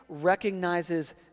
recognizes